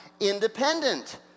independent